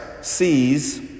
sees